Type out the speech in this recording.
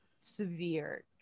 severe